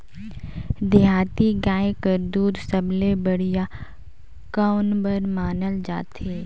देहाती गाय कर दूध सबले बढ़िया कौन बर मानल जाथे?